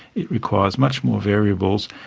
it requires much more variables.